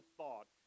thought